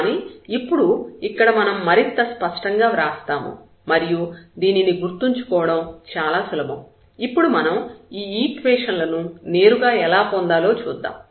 కానీ ఇప్పుడు ఇక్కడ మనం మరింత స్పష్టంగా వ్రాస్తాము మరియు దీనిని గుర్తుంచుకోవడం చాలా సులభం ఇప్పుడు మనం ఈ ఈక్వేషన్ లను నేరుగా ఎలా పొందాలో చూద్దాం